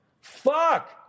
Fuck